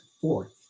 fourth